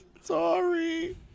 Sorry